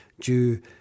due